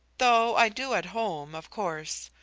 though i do at home, of course.